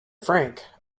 frank